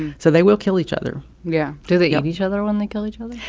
so they will kill each other yeah do they eat each other when they kill each other?